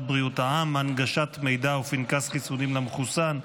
בריאות העם (הנגשת מידע ופנקס חיסונים למחוסן),